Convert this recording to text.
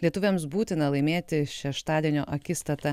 lietuviams būtina laimėti šeštadienio akistatą